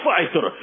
Fighter